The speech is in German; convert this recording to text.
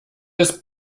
des